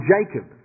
Jacob